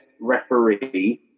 referee